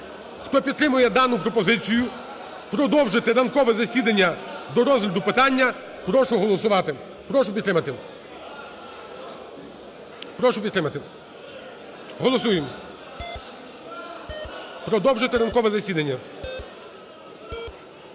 Хто підтримує дану пропозицію: продовжити ранкове засідання до розгляду питання – прошу голосувати. Прошу підтримати. Прошу підтримати. Голосуємо. Продовжити ранкове засідання.